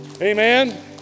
Amen